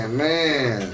man